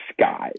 skies